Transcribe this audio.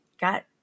got